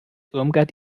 irmgard